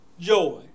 joy